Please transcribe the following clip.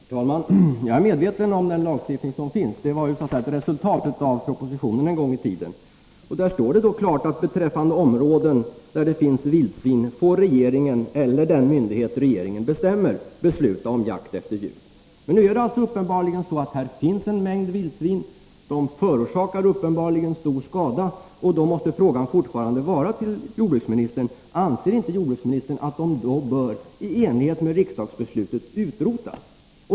Herr talman! Jag är medveten om den lagstiftning som finns. Den är ett resultat av den proposition som lämnades till riksdagen en gång i tiden. Där står det klart att beträffande områden där det finns vildsvin får regeringen eller den myndighet regeringen bestämmer besluta om jakt efter djuren. Nu är det uppenbarligen så att i Södermanlands län finns en mängd vildsvin, och de förorsakar helt klart stor skada. Då måste frågan fortfarande vara: Anser inte jordbruksministern att de i enlighet med riksdagsbeslutet bör utrotas?